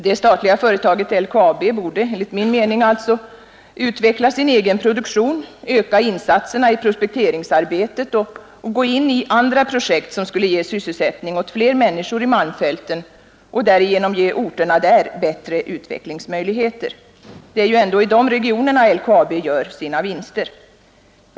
Det statliga företaget LKAB borde alltså enligt min mening utveckla sin egen produktion, öka insatserna i prospekteringsarbetet och gå in i andra projekt som skulle ge sysselsättning åt fler människor i malmfälten samt därigenom ge orterna där bättre utvecklingsmöjligheter. Det är ju ändå i de regionerna LKAB gör sina vinster.